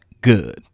Good